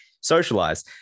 socialize